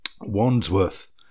Wandsworth